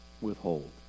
withhold